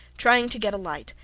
trying to get a light,